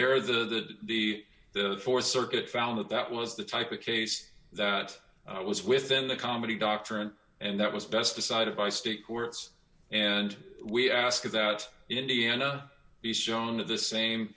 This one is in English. there the the the th circuit found that that was the type of case that was within the comedy doctrine and that was best decided by state courts and we ask that indiana be shown the same